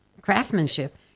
craftsmanship